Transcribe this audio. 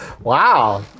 Wow